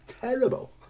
Terrible